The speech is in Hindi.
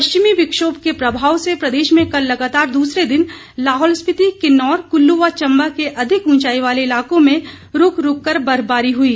पश्चिमी विक्षोभ के प्रभाव से प्रदेश में कल लगातार द्रसरे दिन लाहौल स्पिति किन्नौर क्ल्लू व चंबा के अधिक ऊंचाई वाले इलाकों में रूक रूक कर बर्फबारी हुई